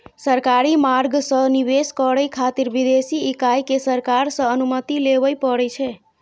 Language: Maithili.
सरकारी मार्ग सं निवेश करै खातिर विदेशी इकाई कें सरकार सं अनुमति लेबय पड़ै छै